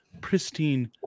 pristine